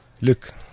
Look